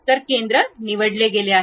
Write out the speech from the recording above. तर केंद्र निवडले गेले आहे